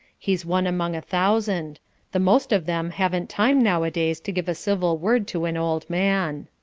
he's one among a thousand the most of them haven't time nowadays to give a civil word to an old man.